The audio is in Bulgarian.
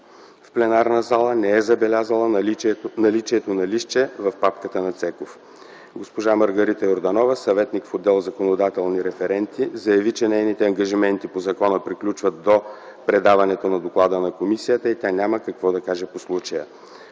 в пленарната зала не е забелязала наличието на листче в папката на Цеков. Госпожа Маргарита Йорданова – съветник в отдел „Законодателни референти”, заяви, че нейните ангажименти по закона приключват до предаването на доклада на комисията и тя няма какво да каже по случая.